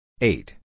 Eight